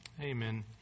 Amen